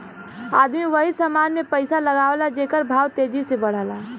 आदमी वही समान मे पइसा लगावला जेकर भाव तेजी से बढ़ला